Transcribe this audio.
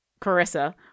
Carissa